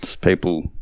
people